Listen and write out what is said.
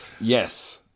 Yes